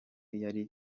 yari